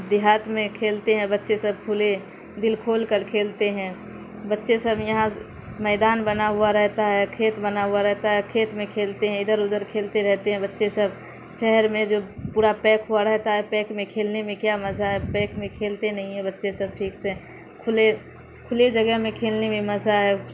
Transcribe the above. دیہات میں کھیلتے ہیں بچے سب کھلے دل کھول کر کھیلتے ہیں بچے سب یہاں میدان بنا ہوا رہتا ہے کھیت بنا ہوا رہتا ہے کھیت میں کھیلتے ہیں ادھر ادھر کھیلتے رہتے ہیں بچے سب شہر میں جو پورا پیک ہوا رہتا ہے پیک میں کھیلنے میں کیا مزہ ہے پیک میں کھیلتے نہیں ہیں بچے سب ٹھیک سے کھلے کھلے جگہ میں کھیلنے میں مزہ ہے